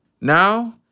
Now